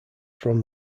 from